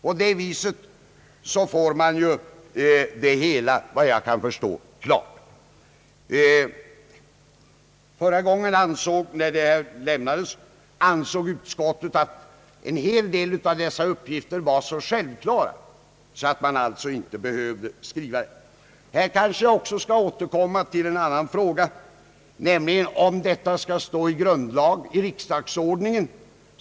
På det viset får man det hela klart, såvilt jag kan förstå. Förra gången ansåg utskottet att en hel del av dessa uppgifter var så självklara att man inte behövde skriva dem. Här vill jag också återkomma till en annan fråga, nämligen om detta skall stå i riksdagsordningen.